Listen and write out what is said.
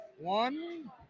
One